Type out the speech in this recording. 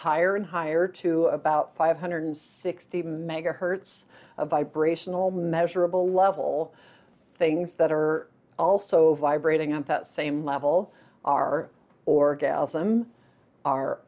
higher and higher to about five hundred sixty megahertz of vibrational measurable level things that are also vibrating at that same level are orgasm are